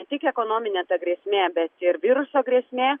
ne tik ekonominė ta grėsmė bet ir viruso grėsmė